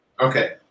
Okay